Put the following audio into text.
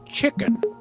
Chicken